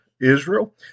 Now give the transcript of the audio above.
Israel